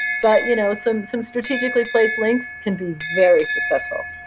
but you know some some strategically placed links can be very successful.